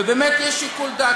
ובאמת יש שיקול דעת.